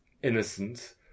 Innocent